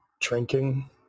drinking